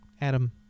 Adam